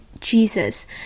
Jesus